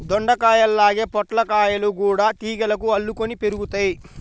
దొండకాయల్లాగే పొట్లకాయలు గూడా తీగలకు అల్లుకొని పెరుగుతయ్